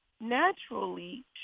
naturally